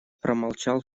промолчал